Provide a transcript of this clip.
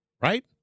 right